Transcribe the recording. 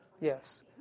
yes